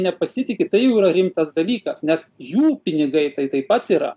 nepasitiki tai jau yra rimtas dalykas nes jų pinigai tai taip pat yra